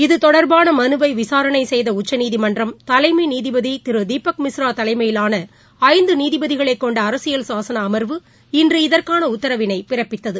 இது தொடர்பானமனுவைவிசாரரணைசெய்தஉச்சநீதிமன்றதலைமைநீதிபதிதிருதீபக் மிஸ்ரா தலைமையிலானஐந்துநீதிபதிகளைக் கொண்டஅரசியல் சாசனஅமர்வு இன்று இதற்கானஉத்தரவினைபிறப்பித்தது